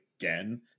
again